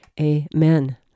Amen